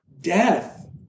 death